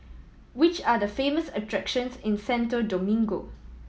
which are the famous attractions in Santo Domingo